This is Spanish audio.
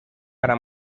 para